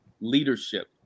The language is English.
leadership